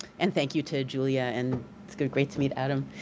and thank you to julia, and it's great to meet adam.